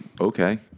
okay